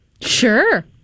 Sure